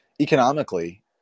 economically